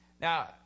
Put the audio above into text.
now